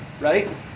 right